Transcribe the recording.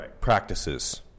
practices